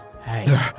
Hey